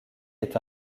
est